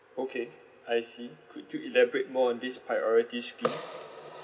okay I see could you elaborate more on this priority scheme